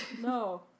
No